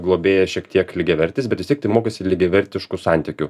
globėja šiek tiek lygiavertis bet vis tiek tai mokaisi lygiavertiškų santykių